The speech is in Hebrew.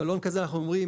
בלון כזה אנחנו אומרים,